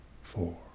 four